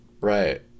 right